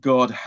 God